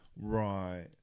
Right